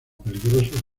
peligrosos